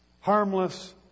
harmless